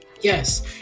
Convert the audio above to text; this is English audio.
yes